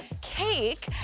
cake